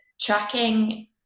tracking